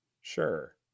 Sure